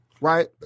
Right